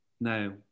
no